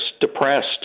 depressed